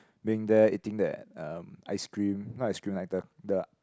being there eating that um ice cream not ice cream like the the